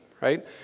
right